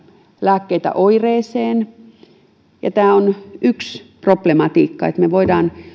lääkkeitä oireeseen tämä on yksi problematiikka että me voimme